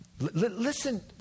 Listen